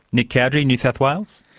nick cowdery, in new south wales?